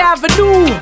Avenue